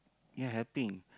you're helping